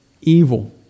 evil